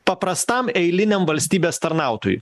paprastam eiliniam valstybės tarnautojui